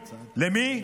למי?